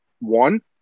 one